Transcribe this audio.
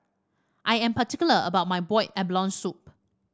I am particular about my Boiled Abalone Soup